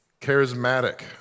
Charismatic